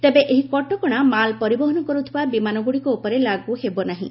ତେବେ ଏହି କଟକଣା ମାଲପରିବହନ କରୁଥିବା ବିମାନଗୁଡ଼ିକ ଉପରେ ଲାଗୁ ହେବ ନାହିଁ